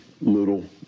little